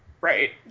right